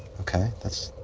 okay? that's.